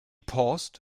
paused